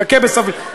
חכה בסבלנות,